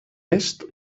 est